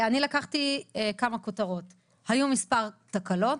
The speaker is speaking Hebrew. אני לקחתי כמה כותרות: היו מספר תקלות,